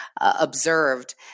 observed